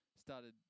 started